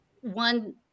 one